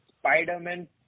Spider-Man